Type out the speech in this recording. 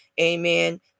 amen